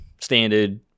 standard